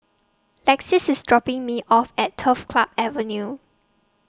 Lexis IS dropping Me off At Turf Club Avenue